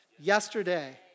yesterday